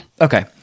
okay